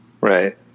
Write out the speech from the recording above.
Right